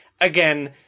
again